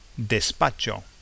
despacho